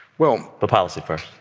well. but policy first